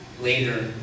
later